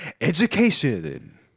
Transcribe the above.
education